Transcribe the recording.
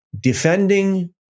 defending